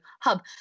hub